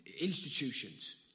Institutions